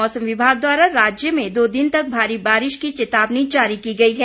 मौसम विभाग द्वारा राज्य में दो दिन तक भारी बारिश की चेतावनी जारी की गई है